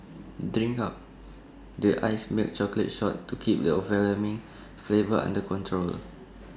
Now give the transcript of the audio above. drink up the iced milk chocolate shot to keep the overwhelming flavour under control